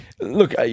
Look